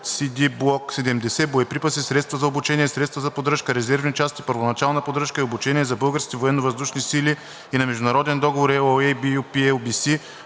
Block 70, боеприпаси, средства за обучение, средства за поддръжка, резервни части, първоначална поддръжка и обучение за Българските военновъздушни сили“ и на Международен договор (LOA)